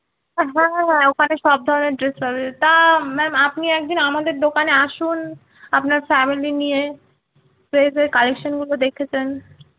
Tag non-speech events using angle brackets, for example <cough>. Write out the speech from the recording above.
হ্যাঁ হ্যাঁ ওখানে সব ধরনের ড্রেস পাবেন তা ম্যাম আপনি এক দিন আমাদের দোকানে আসুন আপনারা ফ্যামেলি নিয়ে সেই <unintelligible> কালেকশানগুলো দেখে যান